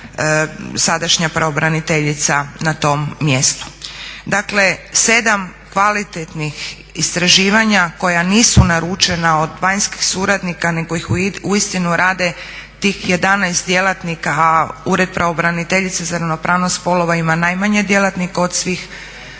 sadašnja pravobraniteljica na tom mjestu. Dakle, 7 kvalitetnih istraživanja koja nisu naručena od vanjskih suradnika, nego ih uistinu rade tih 11 djelatnika, a Ured pravobraniteljice za ravnopravnost spolova ima najmanje djelatnika od svih